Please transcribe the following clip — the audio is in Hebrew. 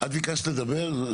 את ביקשת לדבר?